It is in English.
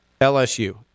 LSU